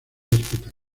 hospital